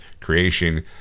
creation